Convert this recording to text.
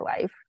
life